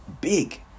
big